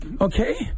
okay